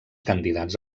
candidats